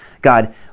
God